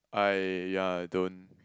I yeah I don't